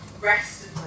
rest